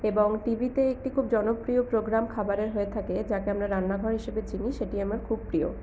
এবং টিভিতে একটি খুব জনপ্রিয় প্রোগ্রাম খাবারের হয়ে থাকে যাকে আমরা রান্নাঘর হিসেবে চিনি সেটি আমার খুব প্রিয়